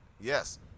Yes